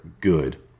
good